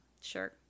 Sure